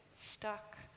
stuck